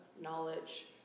knowledge